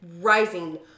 rising